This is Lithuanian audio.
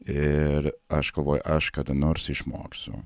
ir aš galvoju aš kada nors išmoksiu